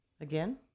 again